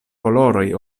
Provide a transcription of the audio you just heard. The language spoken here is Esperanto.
koloroj